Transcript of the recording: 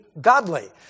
godly